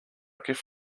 gift